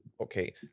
okay